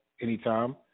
anytime